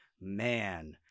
man